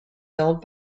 held